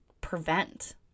prevent